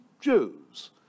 Jews